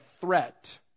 threat